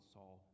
Saul